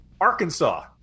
Arkansas